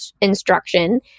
instruction